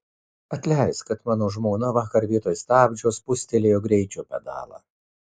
atleisk kad mano žmona vakar vietoj stabdžio spustelėjo greičio pedalą